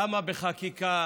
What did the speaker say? למה בחקיקה